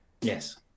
Yes